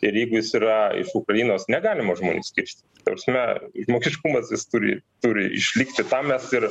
ir jeigu jis yra iš ukrainos negalima žmonių skirstyt ta prasme žmogiškumas jis turi turi išlikti tam mes ir